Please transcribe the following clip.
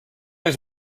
anys